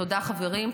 תודה, חברים.